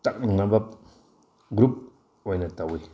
ꯇꯥꯛꯅꯅꯕ group ꯑꯣꯏꯅ ꯇꯧꯏ